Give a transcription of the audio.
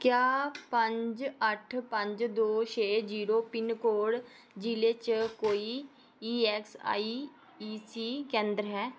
क्या पंज अट्ठ पंज दो छे जीरो पिनकोड जिले च कोई ईऐस्सआईईसी केंद्र है